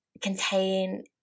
contain